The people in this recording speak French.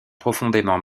profondément